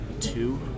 two